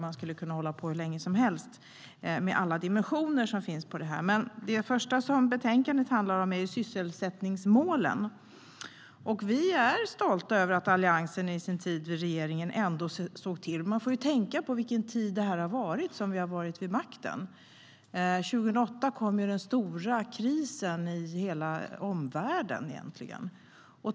Man skulle kunna hålla på hur länge som helst med alla dess dimensioner. Det första som betänkandet handlar om är sysselsättningsmålen. Vi är stolta över det Alliansen uträttade under sin regeringstid. Man får tänka på under vilken tid vi var vid makten. År 2008 kom den stora krisen i hela omvärlden.